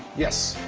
yes.